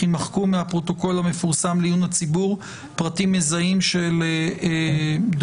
יימחקו מהפרוטוקול המפורסם לעיון הציבור פרטים מזהים של דוברים/דוברות,